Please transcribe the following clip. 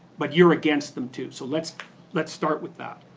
but you're against them too, so let's let's start with that.